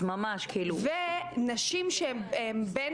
נשים שהן בין